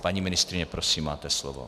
Paní ministryně, prosím máte slovo.